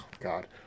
god